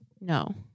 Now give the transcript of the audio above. No